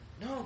No